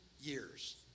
years